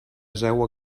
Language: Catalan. seua